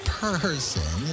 person